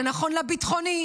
זה נכון לביטחוני,